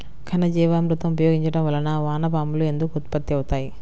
ఘనజీవామృతం ఉపయోగించటం వలన వాన పాములు ఎందుకు ఉత్పత్తి అవుతాయి?